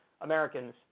Americans